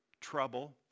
trouble